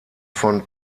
von